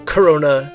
Corona